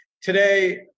today